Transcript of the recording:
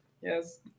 Yes